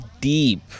deep